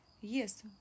Yes